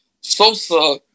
Sosa